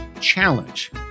Challenge